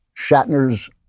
Shatner's